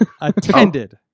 Attended